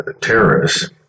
terrorists